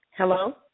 hello